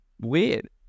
weird